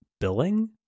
billing